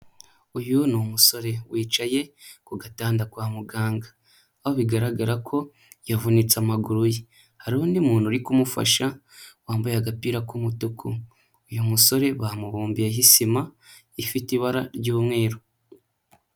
Uyu ni umusore wicaye ku gatanda kwa muganga, aho bigaragara ko yavunitse amaguru ye, hari undi muntu uri kumufasha wambaye agapira k'umutuku, uyu musore bamubumbiyeho isima ifite ibara ry'umweru.